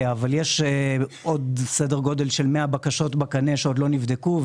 אבל יש עוד סדר גודל של 100 בקשות בקנה שעוד לא נבדקו,